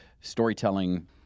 storytelling